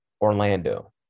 Orlando